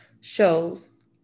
shows